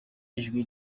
ijwi